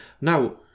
Now